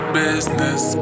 business